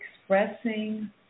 expressing